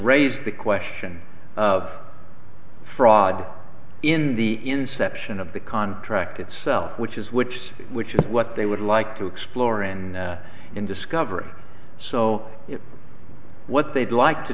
raise the question of fraud in the inception of the contract itself which is which which is what they would like to explore in in discovery so what they'd like to